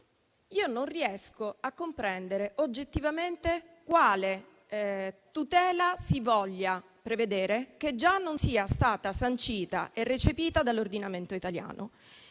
non riesco a comprendere oggettivamente quale tutela si voglia prevedere che già non sia stata sancita e recepita dall'ordinamento italiano.